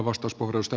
arvoisa puhemies